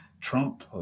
Trump